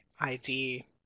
ID